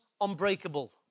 unbreakable